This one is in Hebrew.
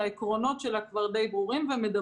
שהעקרונות שלה כבר ברורים למדי.